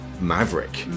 maverick